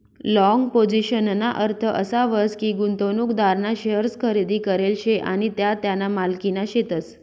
long पोझिशनना अर्थ असा व्हस की, गुंतवणूकदारना शेअर्स खरेदी करेल शे आणि त्या त्याना मालकीना शेतस